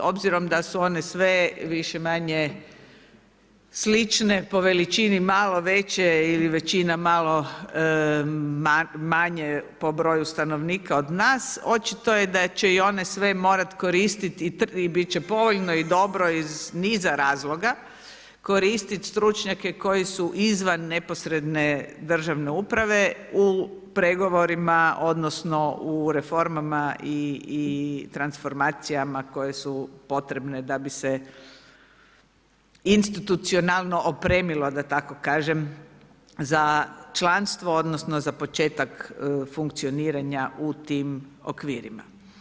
Obzirom da su one sve više-manje slične, po veličine malo veće ili većina malo manje po broju stanovnika od nas očito je da će i one sve morati koristiti i bit će povoljno i dobro iz niza razloga koristiti stručnjake koji su izvan neposredne državne uprave u pregovorima odnosno u reformama i transformacijama koje su potrebne da bi se institucionalno opremilo da tako kažem za članstvo odnosno za početak funkcioniranja u tim okvirima.